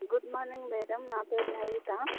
good morning madam నా పేరు లలిత